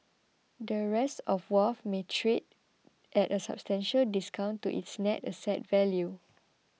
the rest of Wharf may trade at a substantial discount to its net asset value